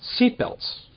seatbelts